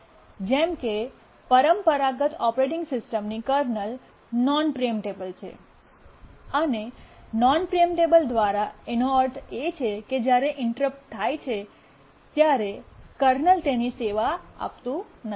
જેમ કે પરંપરાગત ઓપરેટિંગ સિસ્ટમની કર્નલ નોન પ્રીએમ્પટેબલ છે અને નોન પ્રીએમ્પટેબલ દ્વારા તેનો અર્થ એ છે કે જ્યારે ઇન્ટરપ્ટ થાય છે ત્યારે કર્નલ તેની સેવા આપતું નથી